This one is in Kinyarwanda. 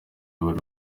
bari